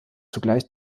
zugleich